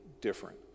different